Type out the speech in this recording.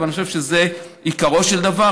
אבל אני חושב שזה עיקרו של דבר.